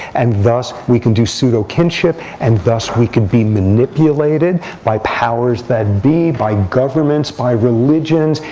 and, thus, we can do pseudo kinship. and, thus, we could be manipulated by powers that be, by governments, by religions,